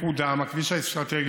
מקודם הכביש האסטרטגי,